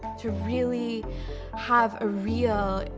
to really have a real,